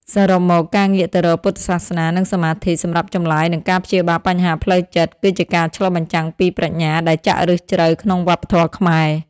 សរុបមក ការងាកទៅរកពុទ្ធសាសនា និងសមាធិ សម្រាប់ចម្លើយនិងការព្យាបាលបញ្ហាផ្លូវចិត្ត គឺជាការឆ្លុះបញ្ចាំងពីប្រាជ្ញាដែលចាក់ឫសជ្រៅក្នុងវប្បធម៌ខ្មែរ។